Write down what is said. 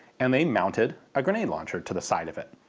and they mounted a grenade launcher to the side of it.